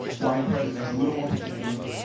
white presidents. a little more particular,